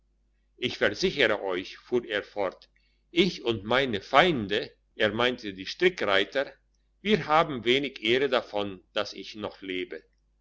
ich versichere euch fuhr er fort ich und meine feinde er meinte die strickreiter wir haben wenig ehre davon dass ich noch lebe